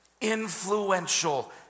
influential